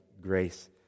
grace